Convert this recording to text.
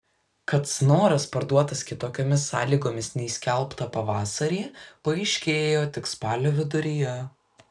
kad snoras parduotas kitokiomis sąlygomis nei skelbta pavasarį paaiškėjo tik spalio viduryje